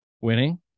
Winning